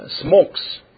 smokes